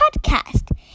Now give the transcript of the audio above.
podcast